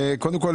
חושב